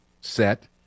set